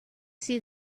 see